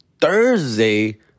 Thursday